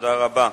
תודה רבה.